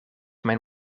mijn